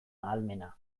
ahalmena